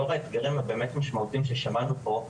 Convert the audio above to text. לאור האתגרים הבאמת משמעותיים ששמענו פה,